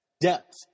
Depth